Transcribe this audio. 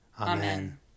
Amen